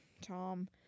Tom